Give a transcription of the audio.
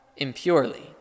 impurely